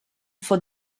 for